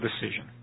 decision